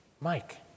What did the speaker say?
Mike